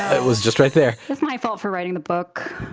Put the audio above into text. that was just right there it's my fault for writing the book,